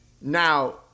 Now